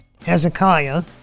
Hezekiah